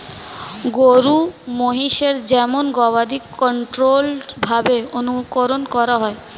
গরু মহিষের যেমন গবাদি কন্ট্রোল্ড ভাবে অনুকরন করা হয়